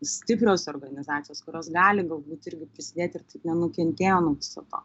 stiprios organizacijos kurios gali galbūt irgi prisidėt ir nenukentėjo nuo viso to